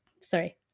sorry